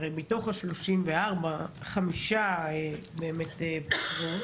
הרי מתוך ה-34 חמישה באמת פוטרו.